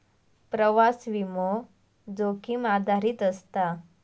प्रवास विमो, जोखीम आधारित असता